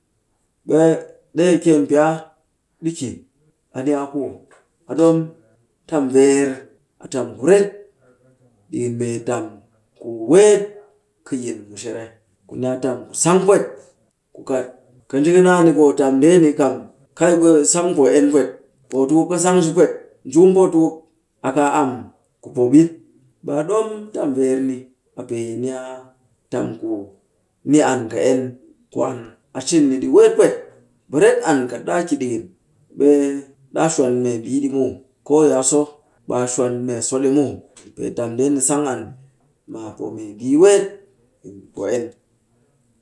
Ɓe, ɗee a kyenpiya ɗi ki. A ni a ku a dom tam veer. A tam kuret ɗikin mee tam ku weet kɨ yil mushere, ku ni a tam ku sang pwet. Ku kat ka nji ka naa ni poo tam ndeeni kam, kai ɓe sang poo en pwet. Pootukup ka sang shi pwet, njkum pootukup, a kaa am ku poo ɓit. Ɓe a ɗom tam veer ni, a pee ni a tam ku ni an kɨ en. Kwaan, a cin ɗi weet pwet. Ɓe ret an kat ɗaa ki ɗikin, ɓe ɗaa shwan membii ɗi muw, koo yi a so, ɓe a shwan mee so ɗi muw. Pee tam ndeeni sang an, maa poo membii weet yi poo en.